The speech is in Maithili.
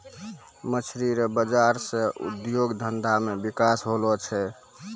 मछली रो बाजार से उद्योग धंधा मे बिकास होलो छै